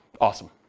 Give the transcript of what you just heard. Awesome